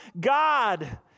God